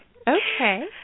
Okay